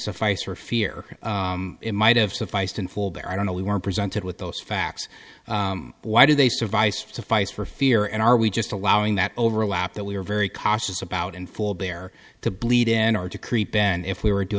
suffice for fear it might have sufficed in full there i don't know we were presented with those facts why did they survive suffice for fear and are we just allowing that overlap that we are very cautious about and forbear to bleed in order to create bad and if we were to